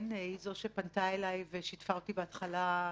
שהיא זו שפנתה אליי ושיתפה אותי בהתחלה,